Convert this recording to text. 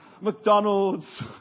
McDonald's